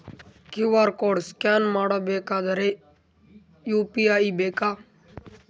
QR code scan ಮಾಡಬೇಕಾದರೆ UPI ಬೇಕಾ?